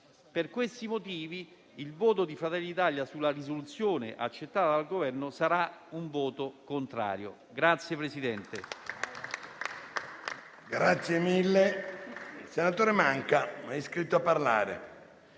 Per questi motivi, il voto di Fratelli d'Italia sulla proposta di risoluzione accettata dal Governo sarà un voto contrario.